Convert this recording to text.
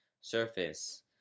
surface